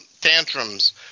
tantrums